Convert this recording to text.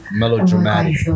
melodramatic